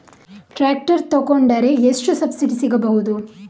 Tractor ತೊಕೊಂಡರೆ ಎಷ್ಟು subsidy ಸಿಗಬಹುದು?